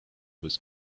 was